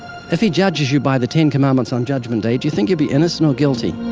if he judges you by the ten commandments on judgment day, do you think you'd be innocent or guilty?